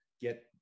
get